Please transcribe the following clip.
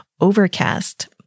Overcast